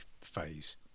phase